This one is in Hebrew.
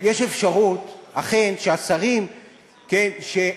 יש אפשרות, אכן, שהשרים שמונו